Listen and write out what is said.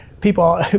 people